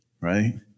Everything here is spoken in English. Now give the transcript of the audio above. Right